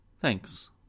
Thanks